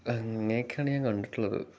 അങ്ങനേക്കാണ് ഞാൻ കണ്ടിട്ടുള്ളത്